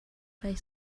that